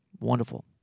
Wonderful